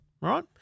right